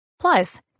plus